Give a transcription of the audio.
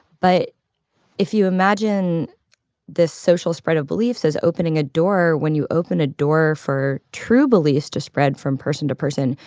but if you imagine this social spread of beliefs as opening a door, when you open a door for true beliefs to spread from person to person,